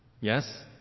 yes